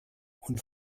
und